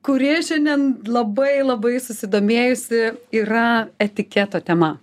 kuri šiandien labai labai susidomėjusi yra etiketo tema